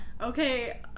Okay